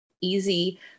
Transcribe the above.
easy